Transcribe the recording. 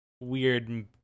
weird